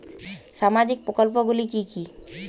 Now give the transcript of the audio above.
সামাজিক প্রকল্পগুলি কি কি?